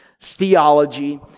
Theology